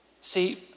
See